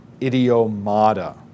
idiomata